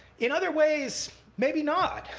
in other ways, maybe not.